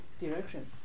direction